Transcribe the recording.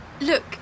Look